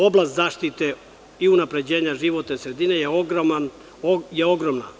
Oblast zaštite i unapređenja životne sredine je ogromna.